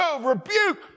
rebuke